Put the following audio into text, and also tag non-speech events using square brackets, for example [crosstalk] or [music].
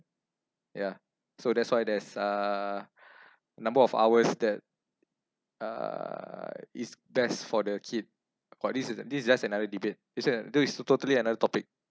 ya so that's why there's uh [breath] number of hours that uh is best for the kid got this is this is just another debate [noise] this is totally another topic